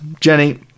jenny